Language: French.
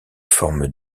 forme